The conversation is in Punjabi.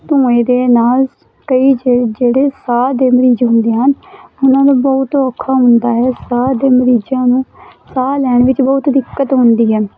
ਧੂੰਏ ਦੇ ਨਾਲ ਕਈ ਜਿ ਜਿਹੜੇ ਸਾਹ ਦੇ ਮਰੀਜ਼ ਹੁੰਦੇ ਹਨ ਉਹਨਾਂ ਨੂੰ ਬਹੁਤ ਔਖਾ ਹੁੰਦਾ ਹੈ ਸਾਹ ਦੇ ਮਰੀਜ਼ਾਂ ਨੂੰ ਸਾਹ ਲੈਣ ਵਿੱਚ ਬਹੁਤ ਦਿੱਕਤ ਹੁੰਦੀ ਹੈ